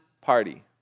party